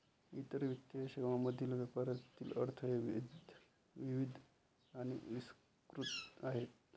इतर वित्तीय सेवांमधील व्यापारातील अडथळे विविध आणि विस्तृत आहेत